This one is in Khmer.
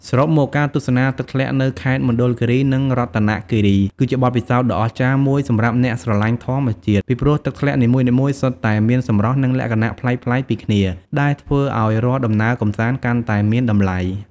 សរុបមក ការទស្សនាទឹកធ្លាក់នៅខេត្តមណ្ឌលគិរី និងរតនគិរី គឺជាបទពិសោធន៍ដ៏អស្ចារ្យមួយសម្រាប់អ្នកស្រឡាញ់ធម្មជាតិ ពីព្រោះទឹកធ្លាក់នីមួយៗសុទ្ធតែមានសម្រស់ និងលក្ខណៈប្លែកៗពីគ្នា ដែលធ្វើឲ្យរាល់ដំណើរកម្សាន្តកាន់តែមានតម្លៃ។